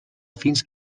fins